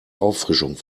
auffrischung